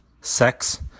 sex